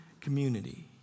community